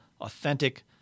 authentic